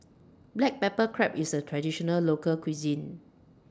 Black Pepper Crab IS A Traditional Local Cuisine